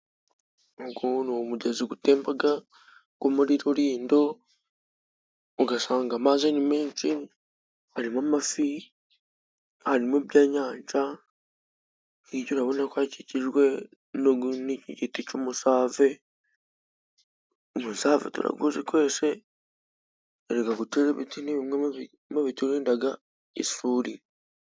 Uyunguyu ni umugezi utemba wo muri Rulindo ugasanga amazi ni menshi, harimo amafi, harimo iby'inyanja, hirya urabona ko hakikijwe n'igiti cy'umusave. umusave turawuzi twese. Erega gutera ibiti ni bimwe mu biturinda isuri